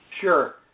Sure